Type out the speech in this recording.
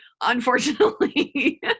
unfortunately